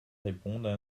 répondent